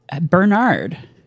bernard